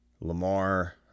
Lamar